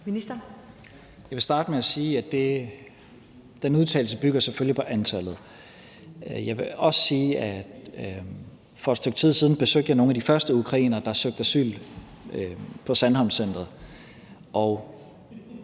Jeg vil starte med at sige, at den udtalelse selvfølgelig bygger på antallet. Jeg vil også sige, at for et stykke tid siden besøgte jeg nogle af de første ukrainere, der søgte asyl på Center